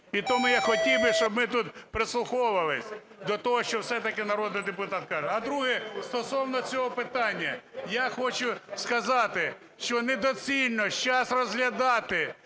і тому я хотів би, щоб ми тут прислуховувалися до того, що все-таки народний депутат каже. А друге, стосовно цього питання, я хочу сказати, що недоцільно зараз розглядати,